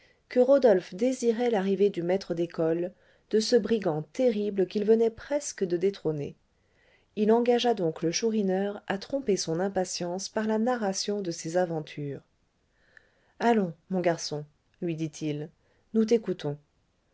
que rodolphe désirait l'arrivée du maître d'école de ce brigand terrible qu'il venait presque de détrôner il engagea donc le chourineur à tromper son impatience par la narration de ses aventures allons mon garçon lui dit-il nous t'écoutons